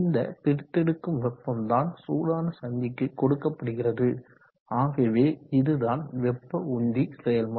இந்த பிரித்தெடுக்கும் வெப்பம் தான் சூடான சந்திக்கு கொடுக்கப்படுகிறது ஆகவே இதுதான் வெப்ப உந்தி செயல்முறை